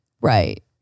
Right